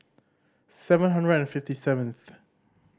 seven hundred and fifty seventh